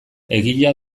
egia